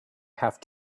have